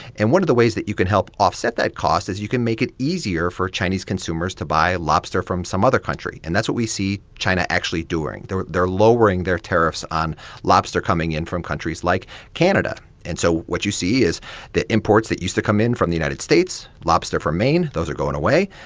and one of the ways that you can help offset that cost is you can make it easier for chinese consumers to buy lobster from some other country, and that's what we see china actually doing. they're lowering their tariffs on lobster coming in from countries like canada and so what you see is the imports that used to come in from the united states lobster from maine those are going away.